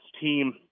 team